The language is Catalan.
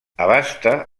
abasta